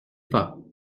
pas